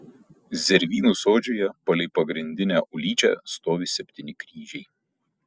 zervynų sodžiuje palei pagrindinę ulyčią stovi septyni kryžiai